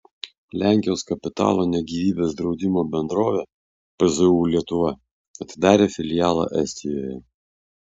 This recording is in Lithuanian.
lenkijos kapitalo ne gyvybės draudimo bendrovė pzu lietuva atidarė filialą estijoje